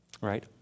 right